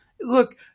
Look